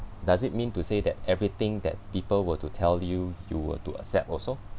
does it mean to say that everything that people were to tell you you were to accept also